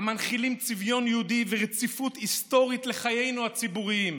המנחילים צביון יהודי ורציפות היסטורית לחיינו הציבוריים",